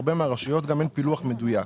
ולהרבה מהרשויות גם אין פילוח מדויק.